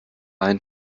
einen